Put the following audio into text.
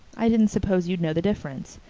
i didn't s'pose you'd know the difference.